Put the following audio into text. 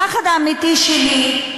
הפחד האמיתי שלי,